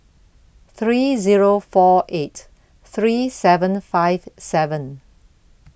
three Zero four eight three seven five seven